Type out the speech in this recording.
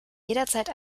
jederzeit